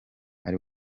ari